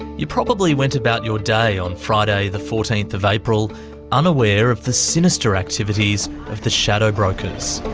you probably went about your day on friday the fourteenth of april unaware of the sinister activities of the shadow brokers.